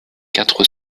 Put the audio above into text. quatre